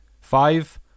Five